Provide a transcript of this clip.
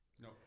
No